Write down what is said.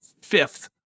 fifth